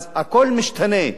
שאז הכול משתנה.